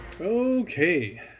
Okay